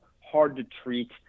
hard-to-treat